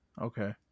Okay